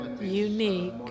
unique